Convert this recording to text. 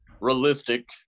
realistic